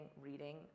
reading